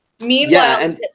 Meanwhile